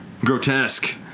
Grotesque